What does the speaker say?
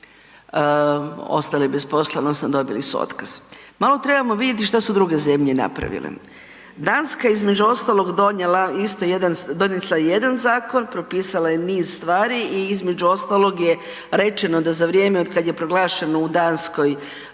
ostali bez posla odnosno dobili su otkaz. Malo trebamo vidjeti šta su druge zemlje napravile. Danska je između ostalog donijela isto jedan, donesla jedan zakon, propisala je niz stvari i između ostalog je rečeno da za vrijeme od kad je proglašeno u Danskoj